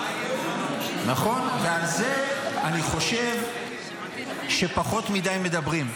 --- נכון, ועל זה אני חושב שפחות מדי מדברים.